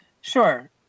Sure